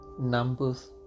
Numbers